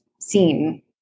seen